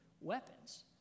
weapons